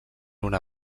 una